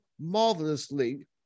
marvelously